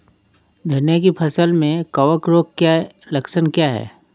धनिया की फसल में कवक रोग के लक्षण क्या है?